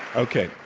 okay,